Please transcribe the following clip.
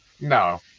No